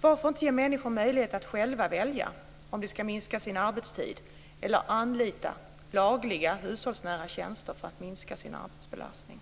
Varför inte ge människor möjlighet att själva välja om de ska minska sin arbetstid eller anlita lagliga hushållsnära tjänster för att minska sin arbetsbelastning?